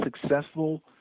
successful